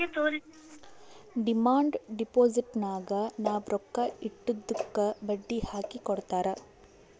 demand ಡಿಪೋಸಿಟ್ನಾಗ್ ನಾವ್ ರೊಕ್ಕಾ ಇಟ್ಟಿದ್ದುಕ್ ಬಡ್ಡಿ ಹಾಕಿ ಕೊಡ್ತಾರ್